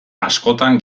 askotan